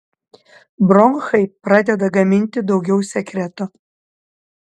bronchai pradeda gaminti daugiau sekreto